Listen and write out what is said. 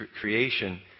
creation